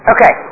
Okay